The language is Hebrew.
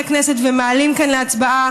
האופוזיציה מביאים לשולחן הכנסת ומעלים כאן להצבעה.